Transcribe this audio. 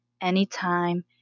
anytime